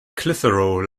clitheroe